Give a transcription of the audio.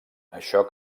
això